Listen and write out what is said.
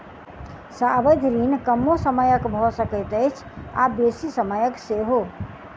सावधि ऋण कमो समयक भ सकैत अछि आ बेसी समयक सेहो